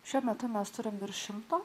šiuo metu mes turime virš šimto